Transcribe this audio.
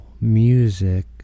Music